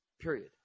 period